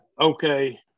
okay